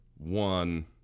One